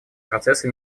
процесса